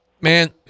Man